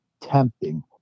tempting